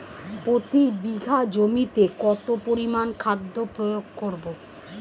প্রতি বিঘা জমিতে কত পরিমান খাদ্য প্রয়োগ করব?